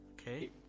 Okay